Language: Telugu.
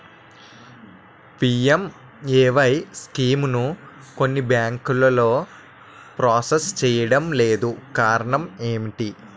పి.ఎం.ఎ.వై స్కీమును కొన్ని బ్యాంకులు ప్రాసెస్ చేయడం లేదు కారణం ఏమిటి?